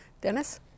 Dennis